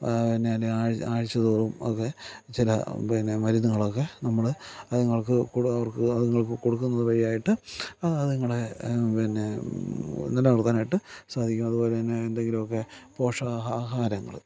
പിന്നെ അല്ലെങ്കിൽ ആഴ്ച്ച തോറും ഒക്കെ ചില പിന്നെ മരുന്നുകളൊക്കെ നമ്മൾ അതുങ്ങൾക്ക് കൊടു അവർക്ക് അതുങ്ങൾക്ക് കൊടുക്കുന്നതുവഴിയായിട്ട് അതുങ്ങളെ പിന്നെ നിലനിർത്താനായിട്ട് സാധിക്കും അതുപോലെ തന്നെ എന്തെങ്കിലോക്കെ പോഷകാഹാ ആഹാരങ്ങള്